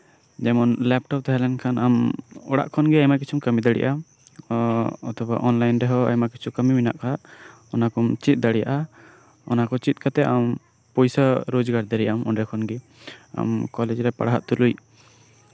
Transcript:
ᱡᱮᱢᱚᱱ ᱞᱮᱯᱴᱚᱯ ᱛᱟᱦᱮᱸ ᱞᱮᱱᱠᱷᱟᱱ ᱟᱢ ᱚᱲᱟᱜ ᱠᱷᱚᱱᱜᱮ ᱟᱭᱢᱟ ᱠᱤᱪᱷᱩᱢ ᱠᱟᱹᱢᱤ ᱫᱟᱲᱮᱭᱟᱜᱼᱟ ᱚᱛᱷᱚᱵᱟ ᱚᱱᱞᱟᱭᱤᱱ ᱨᱮᱦᱚᱸ ᱟᱭᱢᱟ ᱠᱤᱪᱷᱩ ᱠᱟᱹᱢᱤ ᱢᱮᱱᱟᱜ ᱟᱠᱟᱫᱟ ᱚᱱᱟ ᱠᱚᱢ ᱪᱮᱫ ᱫᱟᱲᱮᱭᱟᱜᱼᱟ ᱚᱱᱟ ᱠᱚ ᱪᱮᱫ ᱠᱟᱛᱮᱫ ᱟᱢ ᱯᱚᱭᱥᱟ ᱨᱳᱡᱽᱜᱟᱨ ᱫᱟᱲᱮᱭᱟᱜ ᱟᱢ ᱚᱱᱰᱮ ᱠᱷᱚᱱᱜᱮ ᱟᱢ ᱠᱚᱞᱮᱡᱽ ᱨᱮ ᱯᱟᱲᱦᱟᱜ ᱛᱩᱞᱩᱡ